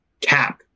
cap